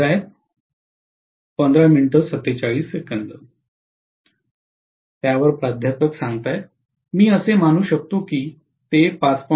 professor मी असे मानू शकतो की ते 5